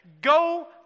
Go